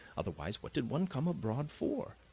otherwise what did one come abroad for?